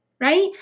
right